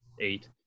eight